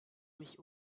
mich